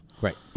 Right